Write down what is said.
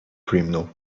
criminal